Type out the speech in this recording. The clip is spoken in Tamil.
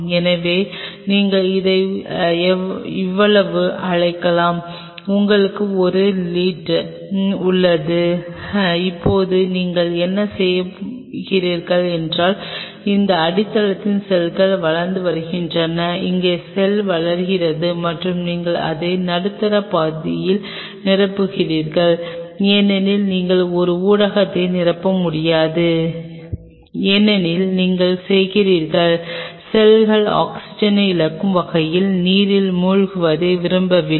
எனவே நீங்கள் இதை இவ்வளவு அழைக்கலாம் உங்களுக்கு ஒரு லிட் உள்ளது இப்போது நீங்கள் என்ன செய்கிறீர்கள் என்றால் இந்த அடித்தளத்தில் செல்கள் வளர்ந்து வருகின்றன இங்கே செல் வளர்கிறது மற்றும் நீங்கள் அதை நடுத்தர பாதியில் நிரப்புகிறீர்கள் ஏனெனில் நீங்கள் ஒரு ஊடகத்தை நிரப்ப முடியாது ஏனெனில் நீங்கள் செய்கிறீர்கள் செல்கள் ஆக்ஸிஜனை இழக்கும் வகையில் நீரில் மூழ்குவதை விரும்பவில்லை